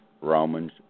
Romans